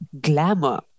glamour